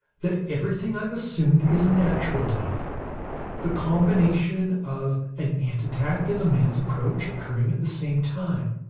that everything i've assumed is natural enough the combination of an ant attack and the man's approach, occurring at the same time.